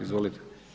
Izvolite.